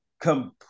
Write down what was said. completely